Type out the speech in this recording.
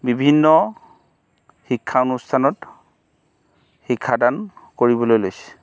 বিভিন্ন শিক্ষা অনুষ্ঠানত শিক্ষাদান কৰিবলৈ লৈছে